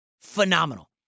Phenomenal